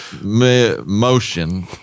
motion